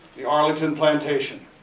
the arlington plantation.